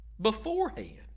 beforehand